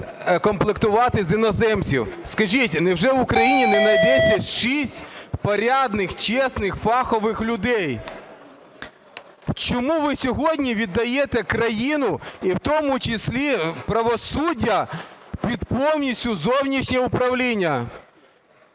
комплектувати з іноземців? Скажіть, невже в Україні не найдеться шість порядних, чесних, фахових людей? Чому ви сьогодні віддаєте країну і в тому числі правосуддя під повністю зовнішнє управління?